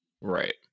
Right